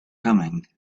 coming